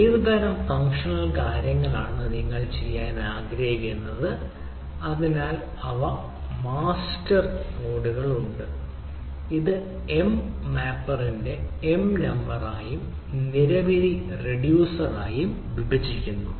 ഏത് തരം ഫംഗ്ഷണൽ കാര്യങ്ങളാണ് നിങ്ങൾ ചെയ്യാൻ ആഗ്രഹിക്കുന്നത് അതിനാൽ അവ മാസ്റ്റർ നോഡ് ഉണ്ട് ഇത് M മാപ്പറിന്റെ M നമ്പറായും നിരവധി റിഡ്യൂസറായും വിഭജിക്കുന്നു